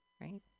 right